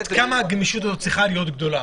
עד כמה הגמישות הזאת צריכה להיות גדולה.